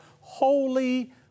holy